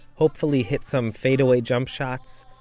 hopefully hit some fade-away jump shots,